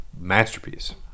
masterpiece